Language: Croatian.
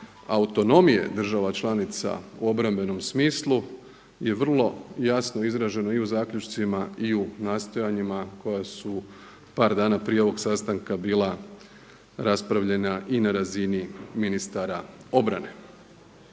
autonomije država članica u obrambenom smislu je vrlo jasno izražena i u zaključcima i u nastojanjima koja su par dana prije ovog sastanka bila raspravljena i na razini ministara obrane.